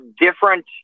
different